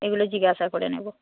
এগুলো জিজ্ঞাসা করে নেব